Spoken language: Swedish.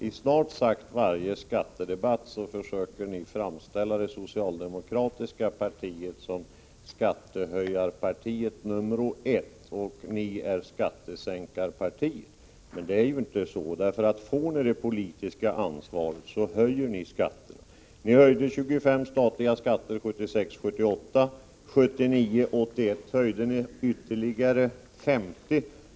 I snart sagt varje skattedebatt försöker ni framställa det socialdemokratiska partiet som skattehöjarpartiet nummer ett och er själva som skattesänkarpartiet. Men det är inte så. Får ni det politiska ansvaret höjer ni skatterna. Ni höjde 25 statliga skatter under åren 1976-1978. 1979-1981 höjde ni ytterligare 50.